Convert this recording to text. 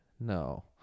no